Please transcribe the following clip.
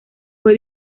fue